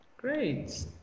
great